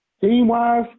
Team-wise